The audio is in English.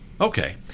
Okay